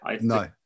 No